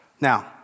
Now